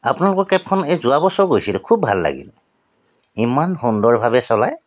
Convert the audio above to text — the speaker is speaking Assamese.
আপোনালোকৰ কেবখন এই যোৱাবছৰ গৈছিলে খুব ভাল লাগিল ইমান সুন্দৰভাৱে চলায়